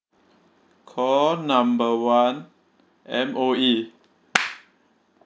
call number one M_O_E